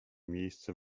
miejsce